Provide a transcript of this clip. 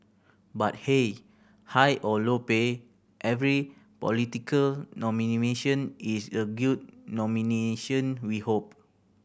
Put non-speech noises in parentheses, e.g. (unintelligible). but hey high or low pay every political (unintelligible) is a good nomination we hope